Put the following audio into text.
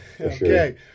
Okay